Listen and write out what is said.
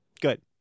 Good